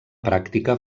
pràctica